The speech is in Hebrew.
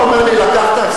אתה אומר לי: לקחת,